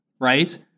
right